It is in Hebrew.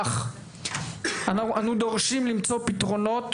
אך אנו דורשים למצוא פתרונות,